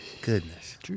goodness